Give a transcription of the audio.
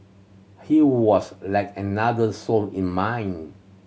he was like another soul in mine